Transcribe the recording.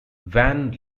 van